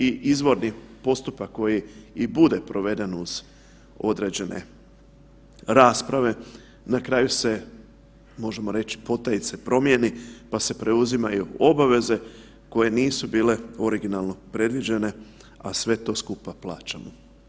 I izvorni postupak koji i bude proveden uz određene rasprave na kraju se možemo reći potajice promjeni pa se preuzimaju obaveze koje nisu bile originalno predviđene, a sve to skupa plaćamo.